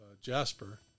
Jasper